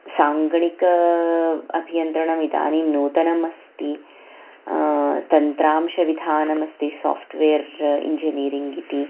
साङ्गणिकम् अभियन्त्रणम् इदानीं नूतनम् अस्ति तन्त्रांशविधानमस्ति साफ़्ट्वेर् इञ्जिनियरिङ्ग् इति